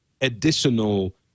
additional